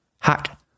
Hack